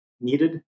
needed